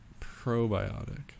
Probiotic